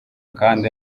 kandi